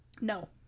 No